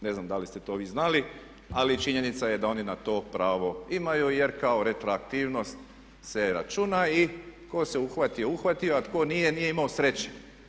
Ne znam da li ste to vi znali ali činjenica je da oni na to pravo imaju jer kao retroaktivnost se računa i tko se uhvatio, uhvatio se a tko nije, nije imao sreće.